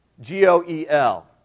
G-O-E-L